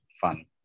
fun